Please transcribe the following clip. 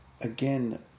again